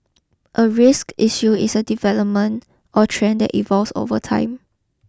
a risk issue is a development or trend that evolves over time